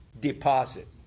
deposit